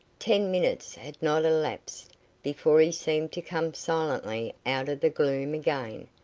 ten minutes had not elapsed before he seemed to come silently out of the gloom again,